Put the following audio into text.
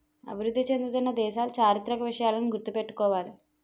అభివృద్ధి చెందుతున్న దేశాలు చారిత్రక విషయాలను గుర్తు పెట్టుకోవాలి